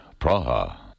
Praha